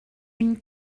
une